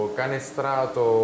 canestrato